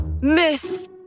Miss